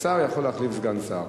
שר יכול להחליף סגן שר.